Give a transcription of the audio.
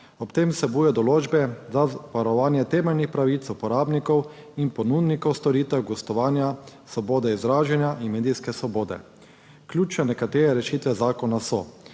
Ob tem vsebuje določbe za varovanje temeljnih pravic uporabnikov in ponudnikov storitev gostovanja, svobode izražanja in medijske svobode. Nekatere ključne rešitve zakona so